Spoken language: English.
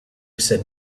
said